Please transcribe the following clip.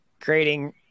creating